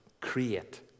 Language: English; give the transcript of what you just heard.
create